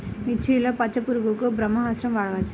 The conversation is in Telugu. మిర్చిలో పచ్చ పురుగునకు బ్రహ్మాస్త్రం వాడవచ్చా?